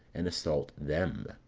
and assault them.